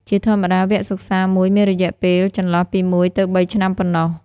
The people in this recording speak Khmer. ជាធម្មតា វគ្គសិក្សាមួយមានរយៈពេលចន្លោះពីមួយទៅបីឆ្នាំប៉ុណ្ណោះ។